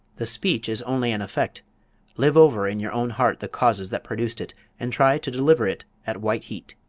the speech is only an effect live over in your own heart the causes that produced it and try to deliver it at white heat.